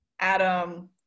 Adam